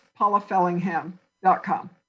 paulafellingham.com